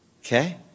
Okay